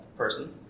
person